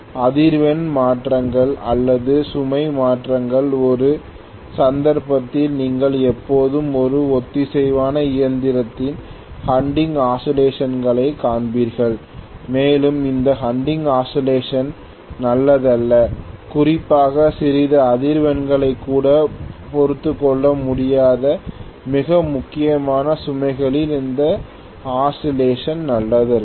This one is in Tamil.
அதிர்வெண் மாற்றங்கள் அல்லது சுமை மாற்றங்கள் ஒரு சந்தர்ப்பத்தில் நீங்கள் எப்போதும் ஒரு ஒத்திசைவான இயந்திரத்தில் ஹண்டிங் ஆசிலேசன் களைக் காண்பீர்கள் மேலும் இந்த ஹண்டிங் ஆசிலேசன் கள் நல்லதல்ல குறிப்பாக சிறிய அதிர்வுகளை கூட பொறுத்துக்கொள்ள முடியாத மிக முக்கியமான சுமைகளில் இந்த ஆசிலேசன் நல்லதல்ல